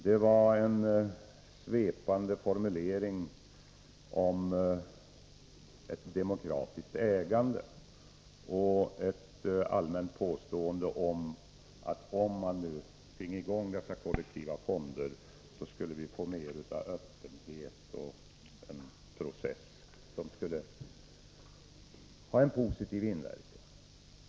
Det var en svepande formulering om ett demokratiskt ägande och ett allmänt påstående om att om man nu finge i gång dessa kollektiva fonder, skulle vi få mer av öppenhet och process som skulle ha en positiv inverkan.